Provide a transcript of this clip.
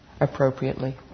appropriately